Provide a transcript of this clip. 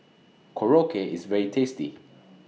Korokke IS very tasty